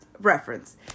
reference